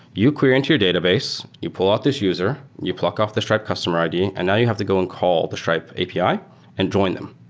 you query into your database, you pull out this user, you pluck off the stripe customer id and now you have to go and call the stripe api and join them,